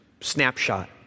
snapshot